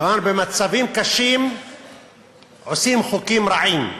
כלומר, במצבים קשים עושים חוקים רעים.